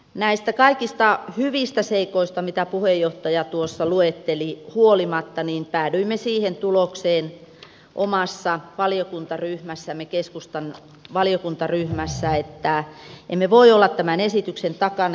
näistä kaikista hyvistä seikoista mitä puheenjohtaja tuossa luetteli huolimatta päädyimme omassa valiokuntaryhmässämme keskustan valiokuntaryhmässä siihen tulokseen että emme voi olla tämän esityksen takana